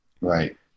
Right